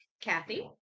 Kathy